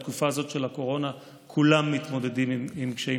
בתקופה הזאת של הקורונה כולם מתמודדים עם קשיים